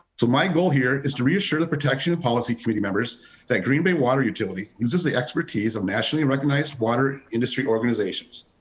so my goal here is to reassure the protection of policy committee members that green bay water utility uses the expertise of nationally recognized water industry organizations.